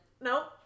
Nope